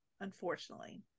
unfortunately